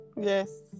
yes